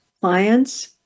clients